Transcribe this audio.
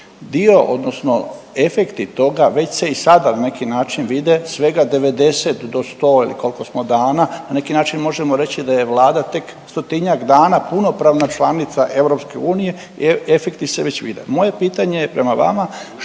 Dio odnosno efekti toga već se i sada na neki način vide svega 90 do 100 ili koliko smo dana, na neki način možemo reći da je Vlada tek stotinjak dana punopravna članica EU, efekti se već vide. Moje pitanje je prema vama